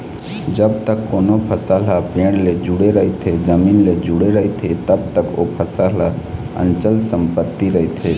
जब तक कोनो फसल ह पेड़ ले जुड़े रहिथे, जमीन ले जुड़े रहिथे तब तक ओ फसल ह अंचल संपत्ति रहिथे